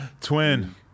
Twin